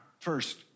First